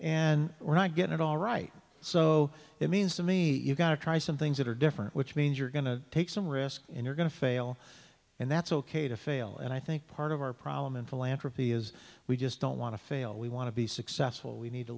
and we're not get it all right so it means to me you've got to try some things that are different which means you're going to take some risk and you're going to fail and that's ok to fail and i think part of our problem in philanthropy is we just don't want to fail we want to be successful we need to